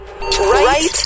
right